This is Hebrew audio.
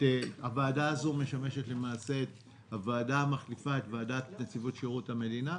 הוועדה הזו משמשת למעשה כוועדה המחליפה את ועדת נציבות שירות המדינה,